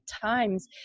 times